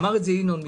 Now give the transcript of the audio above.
ואמר את זה גם ינון,